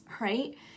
right